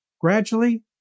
gradually